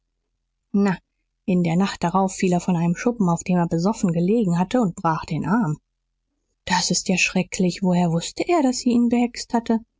na in der nacht darauf fiel er von einem schuppen auf dem er besoffen gelegen hatte und brach den arm das ist ja schrecklich woher wußte er daß sie ihn behext hatte